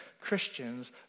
Christians